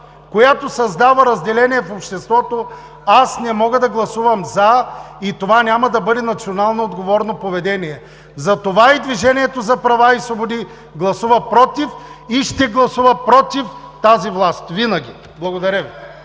която създава разделение в обществото, аз не мога да гласувам „за“ и това няма да бъде национално отговорно поведение. Затова и „Движението за права и свободи“ гласува „против“ и ще гласува винаги „против“ тази власт. Благодаря Ви.